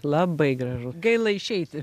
labai gražus gaila išeiti